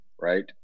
Right